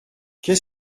qu’est